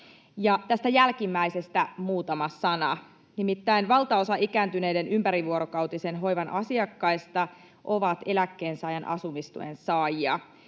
Tästä jälkimmäisestä muutama sana. Nimittäin valtaosa ikääntyneiden ympärivuorokautisen hoivan asiakkaista on eläkkeensaajan asumistuen saajia.